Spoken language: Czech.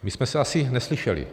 My jsme se asi neslyšeli.